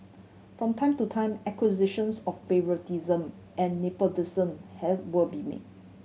from time to time accusations of favouritism and nepotism have will be made